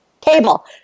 table